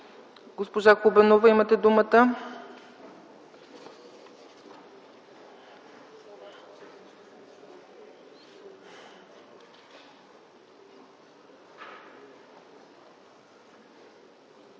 госпожо Хубенова, имате думата.